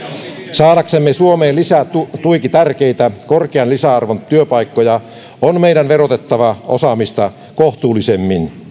saadaksemme suomeen lisää tuiki tärkeitä korkean lisäarvon työpaikkoja on meidän verotettava osaamista kohtuullisemmin